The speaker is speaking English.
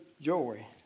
joy